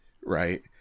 right